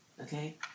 Okay